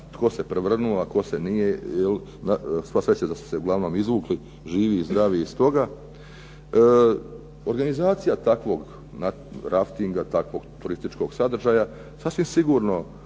tko se prevrnuo, a tko nije. Sva sreća da su se uglavnom izvukli živi i zdravi iz toga. Organizacija takvog raftinga takvog turističkog sadržaja, sasvim sigurno